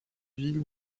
ville